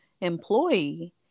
employee